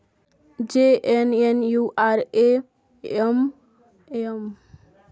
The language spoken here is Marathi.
जे.एन.एन.यू.आर.एम भारतातील काही शहरांमध्ये विकासाला गती देण्याचा उद्देश होता